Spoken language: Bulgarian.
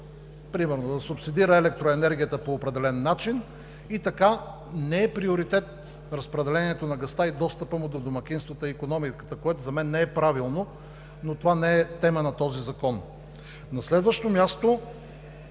примерно електроенергията по определен начин и така не е приоритет разпределението на газта и достъпът му до домакинствата и икономиката, което за мен не е правилно, но това не е тема на този закон.